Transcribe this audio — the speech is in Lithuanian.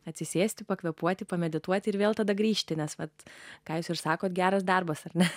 atsisėsti pakvėpuoti pamedituoti ir vėl tada grįžti nes vat ką jis ir sakote geras darbas ar ne